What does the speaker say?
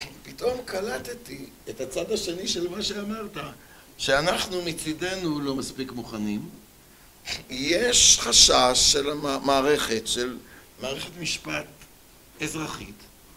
פתאום קלטתי את הצד השני של מה שאמרת שאנחנו מצידנו לא מספיק מוכנים יש חשש של מערכת, של מערכת משפט אזרחית